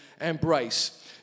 embrace